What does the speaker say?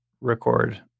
record